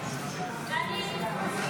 45 בעד,